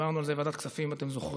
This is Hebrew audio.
דיברנו על זה בוועדת הכספים, אתם זוכרים,